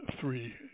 three